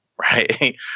right